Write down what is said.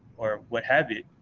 or what have you,